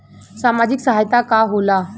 सामाजिक सहायता का होला?